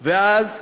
ואז,